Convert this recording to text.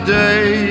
day